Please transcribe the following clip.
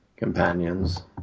Companions